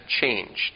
changed